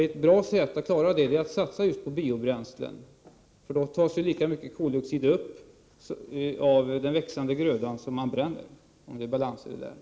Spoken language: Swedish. Ett bra sätt att klara det är att satsa just på biobränslen, för då tas lika mycket koldioxid upp av den växande grödan som det bränns, om det råder balans.